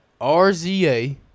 RZA